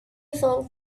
told